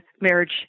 marriage